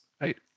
right